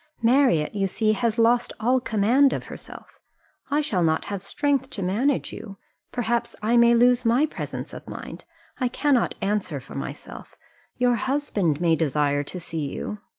marriott, you see, has lost all command of herself i shall not have strength to manage you perhaps i may lose my presence of mind i cannot answer for myself your husband may desire to see you.